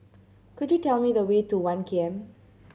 could you tell me the way to One K M